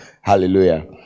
Hallelujah